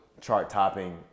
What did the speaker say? chart-topping